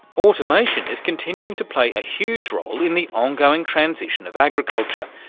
automation is continuing to play a huge role in the ongoing transition of agriculture.